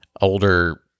older